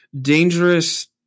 dangerous